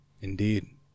indeed